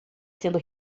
sendo